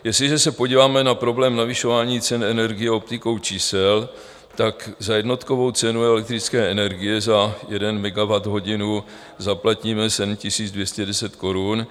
Jestliže se podíváme na problém navyšování cen energií optikou čísel, tak za jednotkovou cenu elektrické energie za jednu megawatthodinu zaplatíme 7 210 korun.